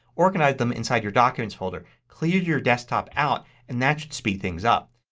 organize them inside your documents folder. clear your desktop out and that should speed things up.